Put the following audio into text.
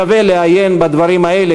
שווה לעיין בדברים האלה,